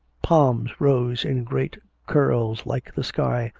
palms rose in great curls like the sky,